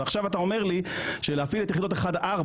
ועכשיו אתה אומר לי שלהפעיל את יחידות 1-4